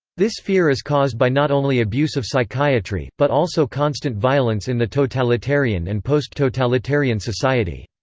this fear is caused by not only abuse of psychiatry, but also constant violence in the totalitarian and post-totalitarian society.